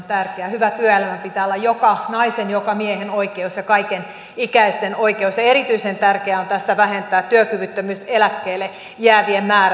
hyvän työelämän pitää olla joka naisen joka miehen oikeus ja kaikenikäisten oikeus ja erityisen tärkeää tässä on vähentää työkyvyttömyyseläkkeelle jäävien määrää